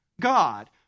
God